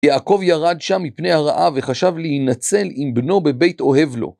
יעקב ירד שם מפני הרעה וחשב להינצל עם בנו בבית אוהב לו.